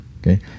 Okay